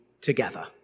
together